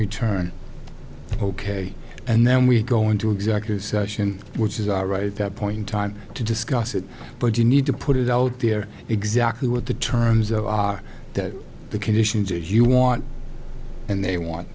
return ok and then we go into executive session which is all right at that point in time to discuss it but you need to put it out there exactly what the terms of the conditions you want and they want